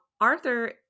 Arthur